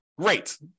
great